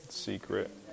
secret